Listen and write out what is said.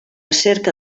cerca